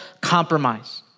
compromise